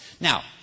Now